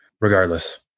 regardless